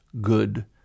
good